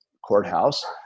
Courthouse